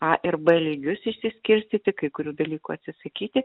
a ir b lygius išsiskirstyti kai kurių dalykų atsisakyti